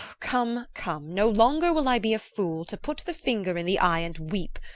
come, come, no longer will i be a fool, to put the finger in the eye and weep,